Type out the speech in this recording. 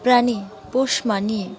প্রাণী পোষ মানিয়ে